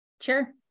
Sure